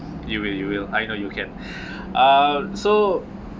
you will you will I know you can uh so